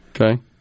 Okay